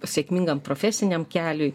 sėkmingam profesiniam keliui